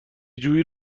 جویی